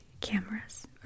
cameras